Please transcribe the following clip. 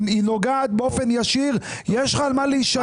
היא נוגעת באופן ישיר, יש לך על מה להישען.